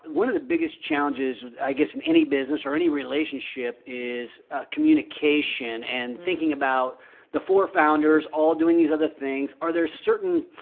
one of the biggest challenges, i guess, in any business or any relationship is communication and thinking about the four founders all doing these other things. are there certain